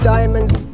Diamonds